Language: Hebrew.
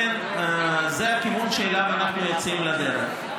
לכן, זה הכיוון שאליו אנחנו יוצאים לדרך.